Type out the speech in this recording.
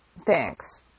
Thanks